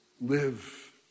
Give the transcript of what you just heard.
Live